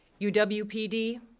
UWPD